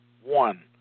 One